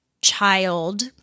child